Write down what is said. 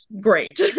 great